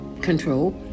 control